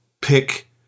pick